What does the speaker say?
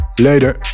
Later